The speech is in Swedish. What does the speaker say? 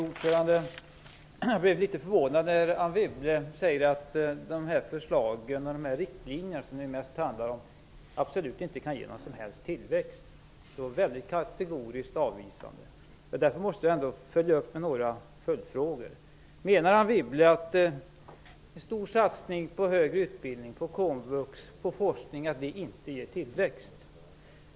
Fru talman! Jag blir litet förvånad när Anne Wibble säger att de här riktlinjerna absolut inte kan leda till någon som helst tillväxt. Det var ett väldigt kategoriskt avvisande. Därför måste jag ställa några följdfrågor. Menar Anne Wibble att en stor satsning på högre utbildning, på komvux och forskning inte ger tillväxt?